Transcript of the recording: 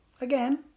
again